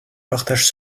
partagent